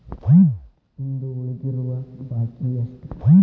ಇಂದು ಉಳಿದಿರುವ ಬಾಕಿ ಎಷ್ಟು?